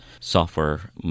software